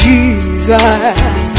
Jesus